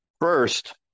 First